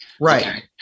Right